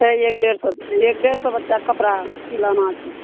छै एक डेढ़ सओ एक डेढ़ सओ बच्चाके कपड़ा सिलना छै